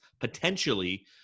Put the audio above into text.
potentially